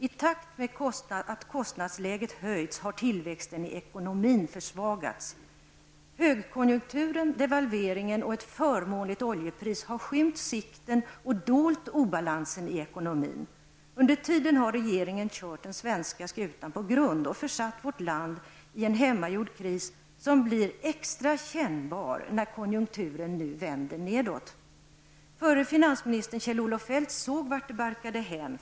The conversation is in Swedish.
I takt med att kostnadsläget höjts, har tillväxten i ekonomin försvagats. Högkonjunkturen, devalveringen och ett förmånligt oljepris har skymt sikten och dolt obalansen i ekonomin. Under tiden har regeringen kört den svenska skutan på grund och försatt vårt land i en hemmagjord kris, som blir extra kännbar när konjunkturen nu vänder nedåt. Förre finansministern Kjell-Olof Feldt såg vart det barkade hän.